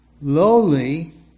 lowly